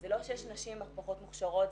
זה לא שיש נשים פחות מוכשרות,